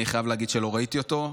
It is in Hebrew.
אני חייב להגיד שלא ראיתי אותו,